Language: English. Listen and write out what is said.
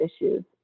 issues